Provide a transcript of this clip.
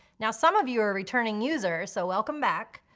now some of you are returning users, so welcome back.